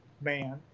man